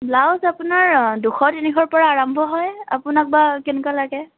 blouse আপোনাৰ দুশ তিনিশৰ পৰা আৰম্ভ হয় আপোনাক বা কেনেকুৱা লাগে